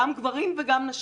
גם גברים וגם נשים.